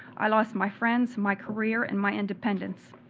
i lost my friends, my career, and my independence.